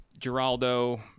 Geraldo